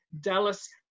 Dallas